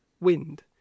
wind